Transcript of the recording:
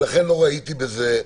ולכן לא ראיתי בזה.